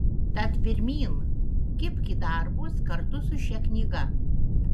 tad pirmyn kibk į darbus kartu su šia knyga